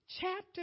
chapter